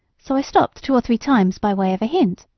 so i stopped two or three times by way of a hint.